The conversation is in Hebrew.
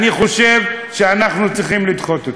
אני חושב שאנחנו צריכים לדחות אותו.